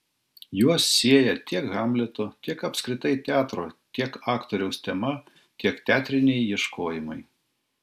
juos sieja tiek hamleto tiek apskritai teatro tiek aktoriaus tema tiek teatriniai ieškojimai